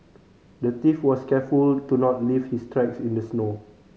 the thief was careful to not leave his tracks in the snow